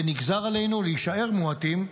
ונגזר עלינו להישאר מועטים,